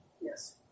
Yes